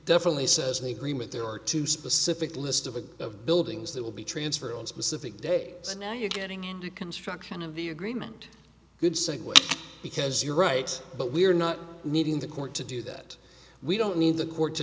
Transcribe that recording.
definitely says they green with there are two specific list of a buildings that will be transferred on specific day so now you're getting into construction of the agreement good segue because you're right but we're not needing the court to do that we don't need the court to